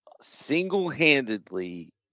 single-handedly